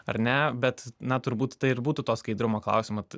ar ne bet na turbūt tai ir būtų to skaidrumo klausimas